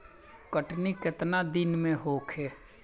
कटनी केतना दिन में होखे?